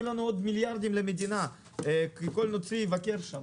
לנו עוד מיליארדים למדינה כי כל נוצרי יבקר שם.